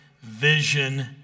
Vision